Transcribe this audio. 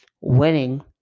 winning